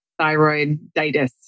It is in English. thyroiditis